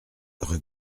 rue